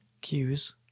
cues